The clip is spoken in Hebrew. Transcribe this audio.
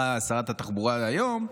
שרת התחבורה דהיום,